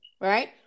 Right